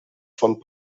von